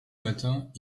matins